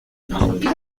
pump